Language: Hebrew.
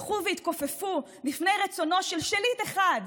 הלכו והתכופפו בפני רצונו של שליט אחד,